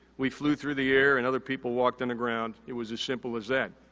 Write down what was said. we flew through the air and other people walked on the ground. it was as simple as that.